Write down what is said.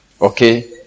okay